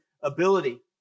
ability